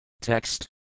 Text